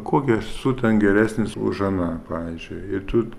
kokia esu ten geresnis už aną pavyzdžiui ir tu